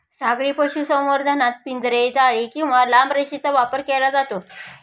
सागरी पशुसंवर्धनात पिंजरे, जाळी किंवा लांब रेषेचा वापर केला जातो